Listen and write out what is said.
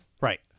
right